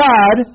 God